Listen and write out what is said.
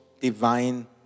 divine